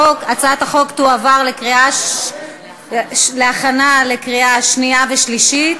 הצעת החוק תועבר להכנה לקריאה שנייה ושלישית.